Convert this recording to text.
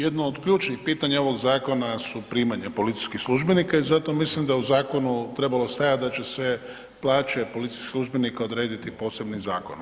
Jedno od ključnih pitanja ovih zakona su primanja policijskih službenika i zato mislim da je u zakonu trebalo stajati da će se plaće policijskih službenika odrediti posebnim zakonom.